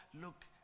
look